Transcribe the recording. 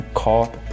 called